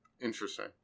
Interesting